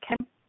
Okay